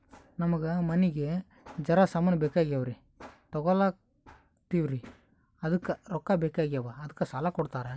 ನಮಗ ಮನಿಗಿ ಜರ ಸಾಮಾನ ಬೇಕಾಗ್ಯಾವ್ರೀ ತೊಗೊಲತ್ತೀವ್ರಿ ಅದಕ್ಕ ರೊಕ್ಕ ಬೆಕಾಗ್ಯಾವ ಅದಕ್ಕ ಸಾಲ ಕೊಡ್ತಾರ?